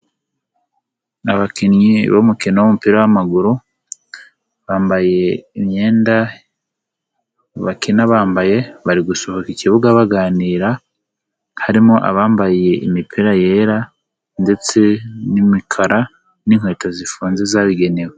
Abakinnyi b'umukino w'umupira w'amaguru, bambaye imyenda bakina bambaye, bari gusohoka ikibuga baganira, harimo abambaye imipira yera ndetse n'imikara n'inkweto zifunze zabigenewe.